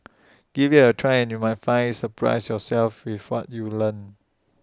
give IT A try and you might find surprise yourself with what you learn